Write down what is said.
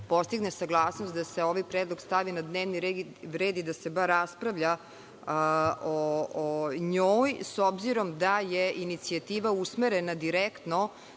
postigne saglasnost da se ovaj predlog stavi na dnevni red i da se bar raspravlja o njoj, s obzirom da je inicijativa usmerena na direktno